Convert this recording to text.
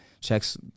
checks